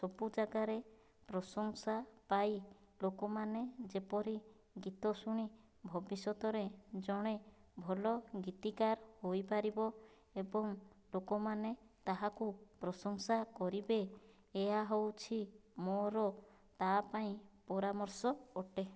ସବୁ ଜାଗାରେ ପ୍ରଶଂସା ପାଇ ଲୋକମାନେ ଯେପରି ଗୀତ ଶୁଣି ଭବିଷ୍ୟତରେ ଜଣେ ଭଲ ଗୀତିକାର ହୋଇପାରିବ ଏବଂ ଲୋକମାନେ ତାହାକୁ ପ୍ରଶଂସା କରିବେ ଏହା ହେଉଛି ମୋ'ର ତା' ପାଇଁ ପରାମର୍ଶ ଅଟେ